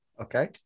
Okay